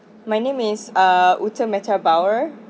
my name is uh ute meta bauer